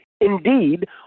Indeed